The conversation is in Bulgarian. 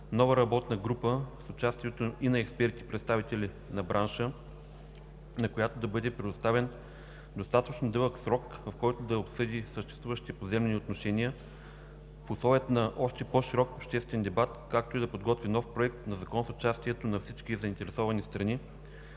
нова работна група с участието и на експерти – представители на бранша, на която да бъде предоставен достатъчно дълъг срок, в който да обсъди съществуващите поземлени отношения в условията на още по-широк обществен дебат, както и да подготви нов проект на закон с участието на всички заинтересовани страни